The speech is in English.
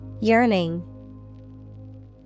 Yearning